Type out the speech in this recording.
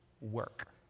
work